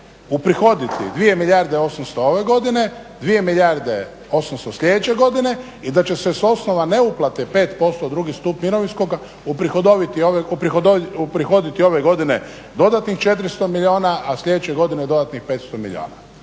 uprihoditi 2 milijarde 800 ove godine, 2 milijarde 800 sljedeće godine i da će se sa osnova neuplate 5% u drugi stup mirovinskoga uprihoditi ove godine dodatnih 400 milijuna a sljedeće godine dodatnih 500 milijuna.